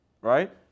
right